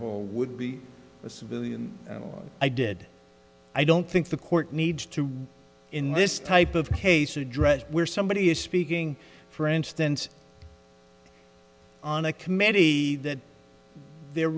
hall would be a civilian i did i don't think the court needs to in this type of case address where somebody is speaking for instance on a committee that the